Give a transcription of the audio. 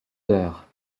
heures